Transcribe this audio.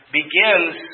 begins